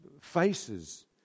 faces